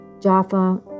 Jaffa